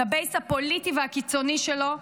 את הבייס הפוליטי והקיצוני שלו,